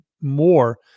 more